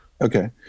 Okay